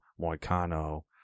Moicano